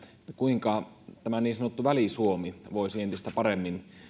kuinka niin sanottu väli suomi voisi entistä paremmin